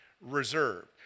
reserved